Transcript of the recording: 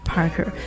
Parker